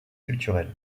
culturels